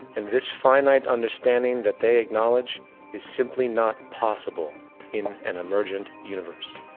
and this finite understanding that they acknowledge is simply not possible in an emergent universe.